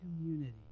community